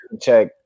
check